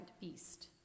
beast